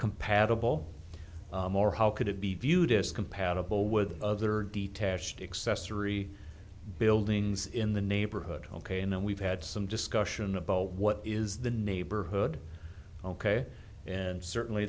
compatible more how could it be viewed as compatible with other detached accessory buildings in the neighborhood ok and then we've had some discussion about what is the neighborhood ok and certainly